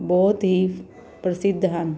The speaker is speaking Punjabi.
ਬਹੁਤ ਹੀ ਪ੍ਰਸਿੱਧ ਹਨ